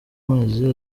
amazi